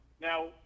now